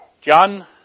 John